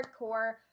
hardcore